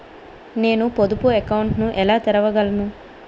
నేను పొదుపు అకౌంట్ను ఎలా తెరవగలను?